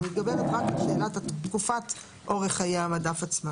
אלא רק שאלת תקופת אורך חיי המדף.